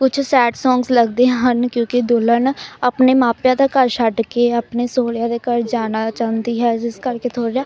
ਕੁਛ sad songs ਲੱਗਦੇ ਹਨ ਕਿਉਂਕਿ ਦੁਲਹਣ ਆਪਣੇ ਮਾਪਿਆਂ ਦਾ ਘਰ ਛੱਡ ਕੇ ਆਪਣੇ ਸੋਹਰਿਆਂ ਦੇ ਘਰ ਜਾਣਾ ਚਾਹੁੰਦੀ ਹੈ ਜਿਸ ਕਰਕੇ ਥੋੜ੍ਹਾ